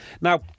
Now